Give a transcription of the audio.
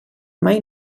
mai